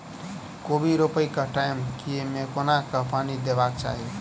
कोबी रोपय केँ टायम मे कोना कऽ पानि देबाक चही?